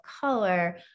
color